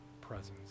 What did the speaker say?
presence